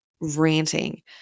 ranting